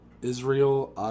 Israel